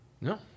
No